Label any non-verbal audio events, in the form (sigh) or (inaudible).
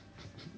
(laughs)